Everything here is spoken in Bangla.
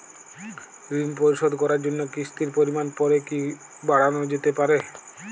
ঋন পরিশোধ করার জন্য কিসতির পরিমান পরে কি বারানো যেতে পারে?